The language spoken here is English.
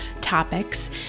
topics